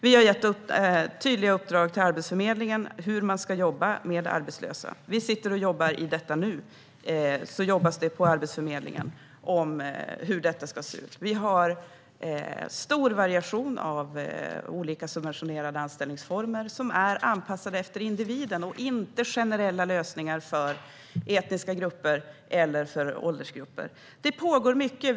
Vi har gett tydliga uppdrag till Arbetsförmedlingen för hur man ska jobba med arbetslösa. I detta nu jobbas det på Arbetsförmedlingen med hur det ska se ut. Vi har stor variation av olika subventionerade anställningsformer som är anpassade efter individen och inte generella lösningar för etniska grupper eller åldersgrupper. Det pågår mycket.